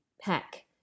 pack